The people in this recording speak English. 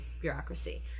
bureaucracy